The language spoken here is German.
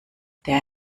der